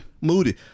Moody